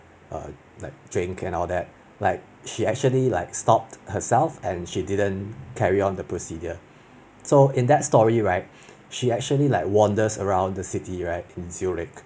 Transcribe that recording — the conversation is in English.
err like drink all that like she actually like stopped herself and she didn't carry on the procedure so in that story right she actually like wanders around the city right in Zurich